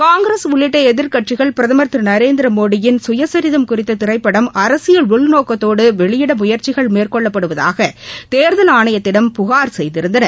காங்கிரஸ் உள்ளிட்ட எதிர்க்கட்சிகள் பிரதமர் திரு நரேந்திரமோடியின் சுயசரிதம் குறித்த திரைப்படம் அரசியல் உள்நோக்கத்தோடு வெளியிட முயற்சிகள் மேற்கொள்ளப்படுவதாக தேர்தல் ஆணையத்திடம் புகார் செய்திருந்தன